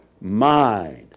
mind